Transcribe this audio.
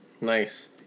Nice